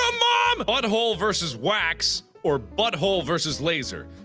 ah mom. ah butthole vs wax. or butthole vs laser.